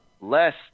less